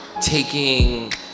taking